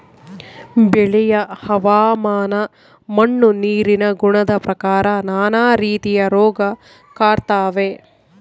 ಬೆಳೆಯ ಹವಾಮಾನ ಮಣ್ಣು ನೀರಿನ ಗುಣದ ಪ್ರಕಾರ ನಾನಾ ರೀತಿಯ ರೋಗ ಕಾಡ್ತಾವೆ